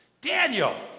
Daniel